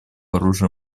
оружия